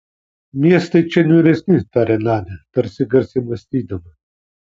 miestai čia niūresni tarė nadia tarsi garsiai mąstydama